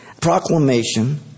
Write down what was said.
proclamation